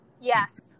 Yes